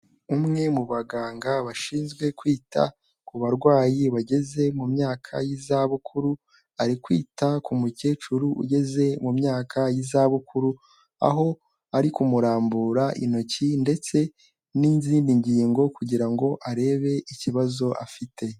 Umwe mu baganga bashinzwe kwita ku barwayi bageze mu myaka y'izabukuru, ari kwita ku mukecuru ugeze mu myaka y'izabukuru, aho ari kumurambura intoki ndetse n'izindi ngingo kugira ngo arebe ikibazo afite.